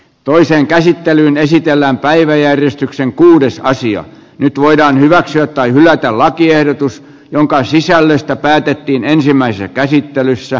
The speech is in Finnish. toiseen käsittelyyn esitellään päiväjärjestykseen kun uudessa nyt voidaan hyväksyä tai hylätä lakiehdotus jonka sisällöstä päätettiin ensimmäisessä käsittelyssä